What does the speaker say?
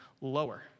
lower